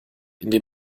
indem